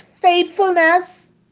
faithfulness